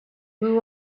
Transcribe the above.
who